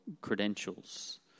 credentials